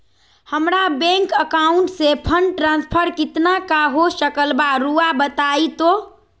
हमरा bank account से fund transfer कितना का हो सकल बा रुआ बताई तो?